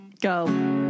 Go